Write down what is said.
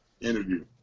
interview